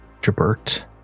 Jabert